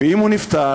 ואם הוא נפטר,